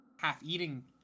half-eating